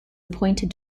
appointed